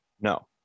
No